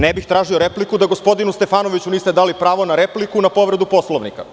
Ne bih tražio repliku da gospodinu Stefanoviću niste dali pravo na repliku na povredu Poslovnika.